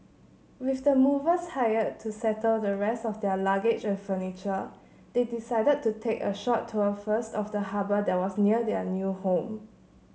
with the movers hired to settle the rest of their luggage and furniture they decided to take a short tour first of the harbour that was near their new home